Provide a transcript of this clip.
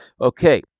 Okay